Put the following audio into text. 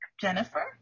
Jennifer